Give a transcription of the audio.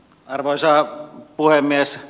arvoisa puhemies